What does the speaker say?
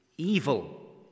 evil